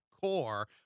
core